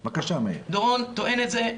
דורון טוען את זה,